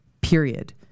Period